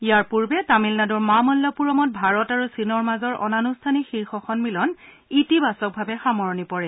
ইয়াৰ পূৰ্বে তামিলনাডুৰ মামল্লপূৰমত ভাৰত আৰু চীনৰ মাজৰ অনান্ঠানিক শীৰ্ষ সম্মিলন ইতিবাচকভাৱে সামৰণি পৰে